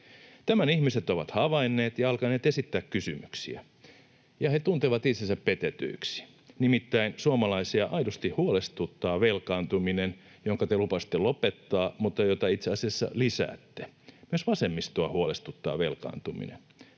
Tämän ihmiset ovat havainneet ja alkaneet esittää kysymyksiä, ja he tuntevat itsensä petetyiksi. Nimittäin suomalaisia aidosti huolestuttaa velkaantuminen, jonka te lupasitte lopettaa mutta jota itse asiassa lisäätte. Myös vasemmistoa huolestuttaa velkaantuminen.